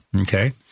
Okay